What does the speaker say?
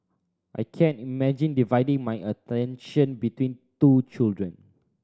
I can't imagine dividing my attention between two children